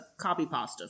copypasta